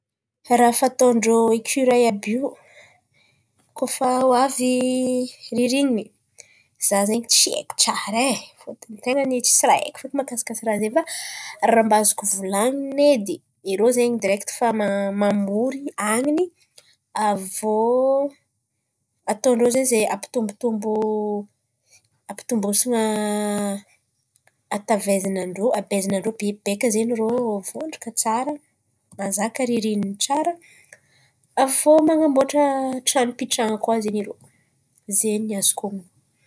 Raha fataon-drô ekioreil àby io koa fa ho avy ririniny. Zah zen̈y tsy haiko tsara fôton̈y ten̈a tsisy raha haiko mahakasika raha zen̈y fa raha azoko volan̈ina edy, irô zen̈y direkt efa mamory han̈in̈y avy iô ataon̈drô zen̈y zay ampitombotombo hatavezan̈an-drô beky zen̈y irô vondraka tsara mahazaka ririnina tsara. Avy iô man̈amboatra tran̈o hipetrahan̈a koa zen̈y irô, zay zen̈y azoko ambara.